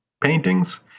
paintings